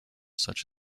such